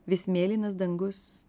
vis mėlynas dangus